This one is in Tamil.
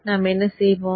நாம் என்ன செய்வோம்